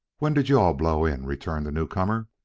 when did you-all blow in? returned the newcomer.